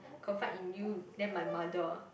confide in you then my mother